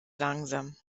langsam